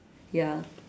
ya